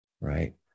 right